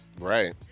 Right